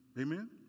Amen